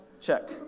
check